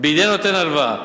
בידי נותן ההלוואה.